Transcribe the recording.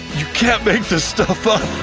you can't make this stuff up!